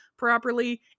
properly